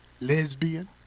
lesbian